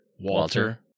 Walter